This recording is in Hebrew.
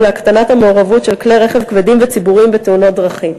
להקטנת המעורבות של כלי רכב כבדים וציבוריים בתאונות דרכים.